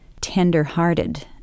tender-hearted